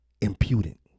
impudent